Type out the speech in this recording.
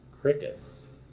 crickets